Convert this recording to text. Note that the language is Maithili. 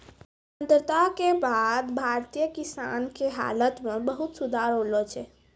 स्वतंत्रता के बाद भारतीय किसान के हालत मॅ बहुत सुधार होलो छै